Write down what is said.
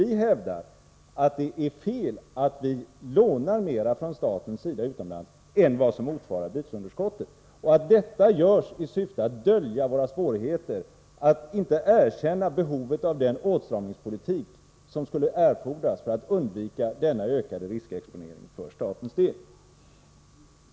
Vi hävdar att det är fel att staten lånar mer utomlands än vad som motsvarar bytesunderskottet och att detta görs i syfte att dölja svårigheterna och behovet av åtstramningspolitik för att undvika denna ökade riskexponering för statens del.